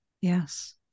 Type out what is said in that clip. yes